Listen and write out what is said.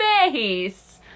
face